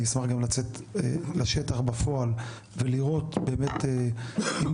אני אשמח גם לצאת לשטח בפועל ולראות באמת אם